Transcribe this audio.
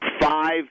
five